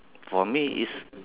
for me is